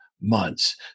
months